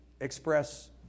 express